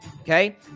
okay